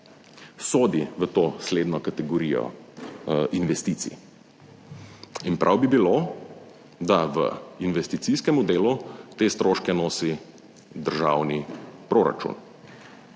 sodi v to slednjo kategorijo investicij in prav bi bilo, da v investicijskem delu te stroške nosi državni proračun.